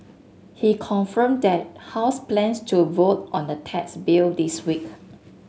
he confirmed that House plans to vote on the tax bill this week